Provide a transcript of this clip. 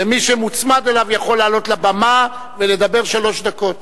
ומי שמוצמד אליו יכול לעלות לבמה ולדבר שלוש דקות.